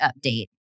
update